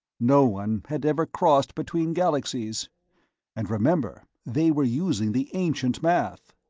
no one had ever crossed between galaxies and remember, they were using the ancient math!